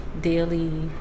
daily